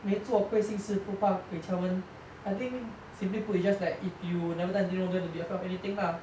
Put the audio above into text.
没做亏心事不怕鬼敲门 I think simply put it's just like if you never done anything wrong don't need to be afraid of anything lah